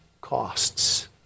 costs